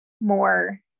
more